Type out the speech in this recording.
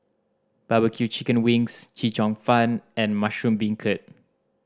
barbecue chicken wings Chee Cheong Fun and mushroom beancurd